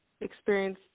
experience